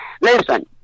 Listen